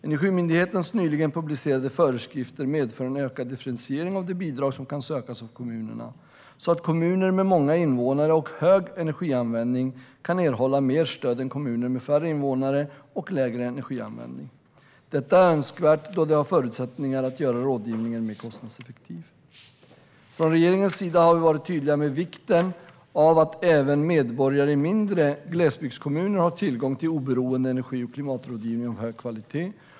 Energimyndighetens nyligen publicerade föreskrifter medför en ökad differentiering av det bidrag som kan sökas av kommunerna, så att kommuner med många invånare och hög energianvändning kan erhålla mer stöd än kommuner med färre invånare och lägre energianvändning. Detta är önskvärt då det ger rådgivningen förutsättningar att bli mer kostnadseffektiv. Från regeringens sida har vi varit tydliga med vikten av att även medborgare i mindre glesbygdskommuner har tillgång till oberoende energi och klimatrådgivning av hög kvalitet.